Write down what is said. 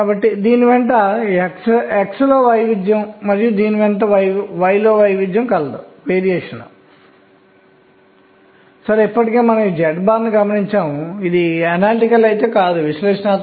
కాబట్టి ఇప్పుడు మనం మొదట n 4 l 0 స్థాయిని పూరించడం చూద్దాం ఆ తర్వాత n 3 l 2 స్థాయిని పూరిస్తాను